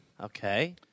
Okay